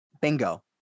Bingo